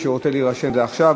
מי שרוצה להירשם, זה עכשיו.